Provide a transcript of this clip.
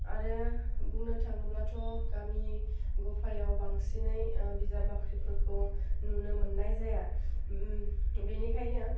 आरो बुंनो थाङोब्लाथ' गामि गफायाव बांसिनै बिजाब बाख्रिफोरखौ नुनो मोन्नाय जाया बेनिखायनो